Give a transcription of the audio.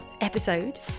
episode